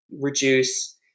reduce